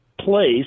place